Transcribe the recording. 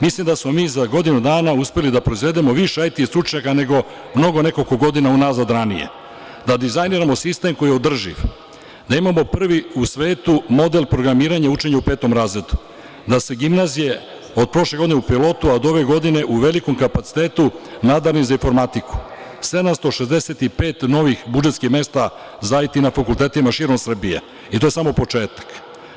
Mislim da smo mi za godinu dana uspeli da proizvedemo više IT stručnjaka nego nekoliko godina unazad, da dizajniramo sistem koji je održiv, da imamo prvi u svetu model programiranja učenja u petom razredu, da su gimnazije od prošle godine u pilotu, a od ove godine u velikom kapacitetu nadarene za informatiku, 765 novih budžetskih mesta za IT na fakultetima širom Srbije i to je samo početak.